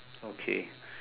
okay